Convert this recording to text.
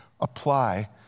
apply